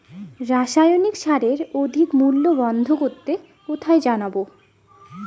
রাসায়নিক সারের অধিক মূল্য বন্ধ করতে কোথায় জানাবো?